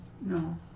No